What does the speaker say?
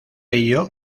ello